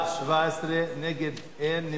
ארגוני העזר והמתנדבים בהם יחולו חוקי השיקום ותינתן להם